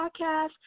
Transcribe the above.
Podcast